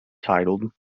titled